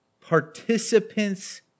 participants